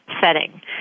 setting